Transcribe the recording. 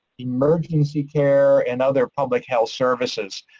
emergency care, and other public health services.